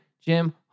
Jim